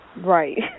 Right